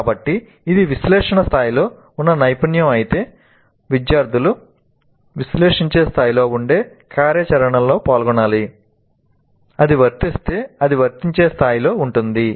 కాబట్టి ఇది విశ్లేషణ స్థాయిలో ఉన్న నైపుణ్యం అయితే విద్యార్థులు విశ్లేషించే స్థాయిలో ఉండే కార్యాచరణలో పాల్గొనాలి అది వర్తిస్తే అది వర్తించే స్థాయిలో ఉంటుంది